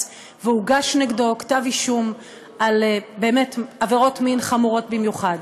והוגש נגדו כתב אישום על עבירות מין חמורות במיוחד.